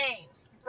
names